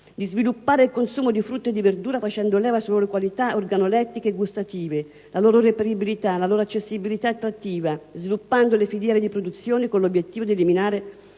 sviluppare il consumo di frutta e di verdura facendo leva sulle loro qualità organolettiche e gustative, la loro reperibilità, la loro accessibilità e attrattiva, sviluppando le filiere di produzione con l'obiettivo di eliminare